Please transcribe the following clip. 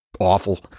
Awful